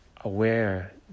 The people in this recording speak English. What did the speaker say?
aware